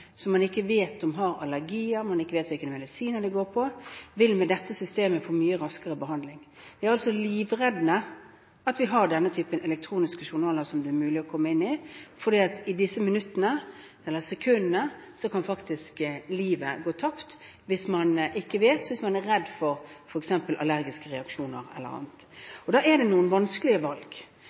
vil med dette systemet få mye raskere behandling. Det er altså livreddende at vi har denne typen elektroniske journaler som det er mulig å komme inn i, for i disse minuttene eller sekundene kan faktisk liv gå tapt hvis man ikke vet – hvis man er redd for f.eks. allergiske reaksjoner eller annet. Da er det noen vanskelige valg.